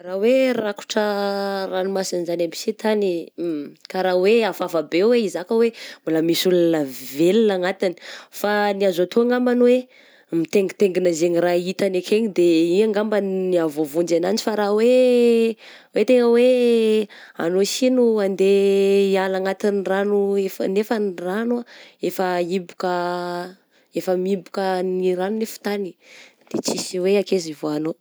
Raha hoe rakotra ranomasigna zany aby sy tany, kara hoe hafahafa be hoe hizaka hoe mbola misy olona velogna anatiny fa ny azo atao ngambany hoe mitengitengina zegny raha hitany akeny de ia angamba ny ahavoavonjy ananjy fa raha hoe hoe tegna hoe anao sy no handeha hiala agnatin'ny ragno efa-nefany ny ragno ah efa hiboka efa mihiboka ny ragno nefa i tany de tsisy hoe akaiza hivoahanao.